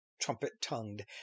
trumpet-tongued